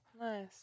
nice